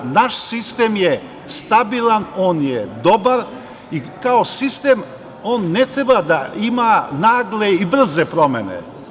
Znači, naš sistem je stabilan, dobar i kao sistem on ne treba da ima nagle i brze promene.